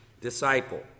disciple